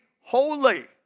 holy